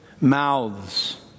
mouths